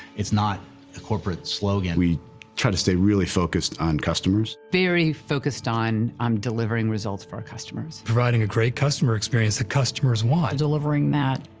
it's not a corporate slogan. we try to stay really focused on customers. very focused on, on delivering results for our customers. providing a great customer experience that customers want. delivering that,